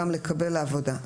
גם לקבל לעבודה,